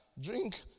Drink